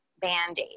band-aid